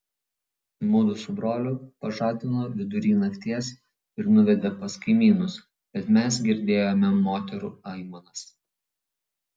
mudu su broliu pažadino vidury nakties ir nuvedė pas kaimynus bet mes girdėjome moterų aimanas